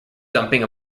dumping